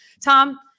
tom